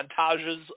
montages